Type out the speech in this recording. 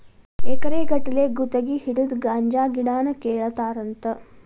ಎಕರೆ ಗಟ್ಟಲೆ ಗುತಗಿ ಹಿಡದ ಗಾಂಜಾ ಗಿಡಾನ ಕೇಳತಾರಂತ